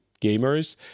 gamers